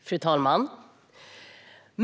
Fru talman!